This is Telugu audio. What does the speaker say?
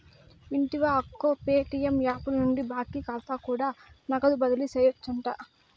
వింటివా అక్కో, ప్యేటియం యాపు నుండి బాకీ కాతా కూడా నగదు బదిలీ సేయొచ్చంట